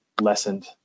lessened